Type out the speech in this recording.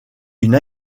une